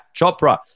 Chopra